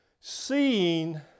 seeing